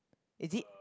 is it